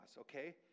okay